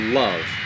love